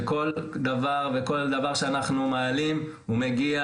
שכל דבר שאנחנו מעלים הוא מגיע.